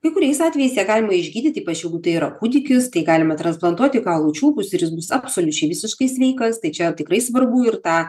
kai kuriais atvejais ją galima išgydyti ypač jeigu tai yra kūdikis tai galima transplantuoti kaulų čiulpus ir jis bus absoliučiai visiškai sveikas tai čia tikrai svarbu ir tą